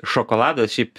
šokoladas šiaip